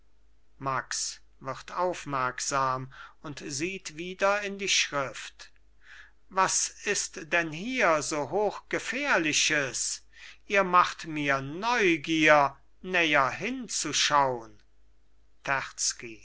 max wird aufmerksam und sieht wieder in die schrift was ist denn hier so hoch gefährliches ihr macht mir neugier näher hinzuschaun